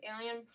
Alien